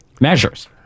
measures